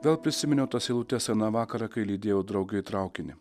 vėl prisiminiau tas eilutes aną vakarą kai lydėjo draugai traukinį